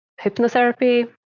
hypnotherapy